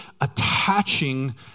attaching